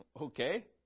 Okay